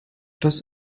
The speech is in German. das